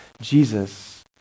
Jesus